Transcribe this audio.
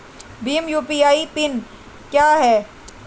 Bhim UPI PIN क्या है?